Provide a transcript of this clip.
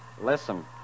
Listen